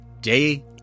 Day